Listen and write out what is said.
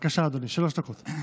בבקשה, אדוני, שלוש דקות.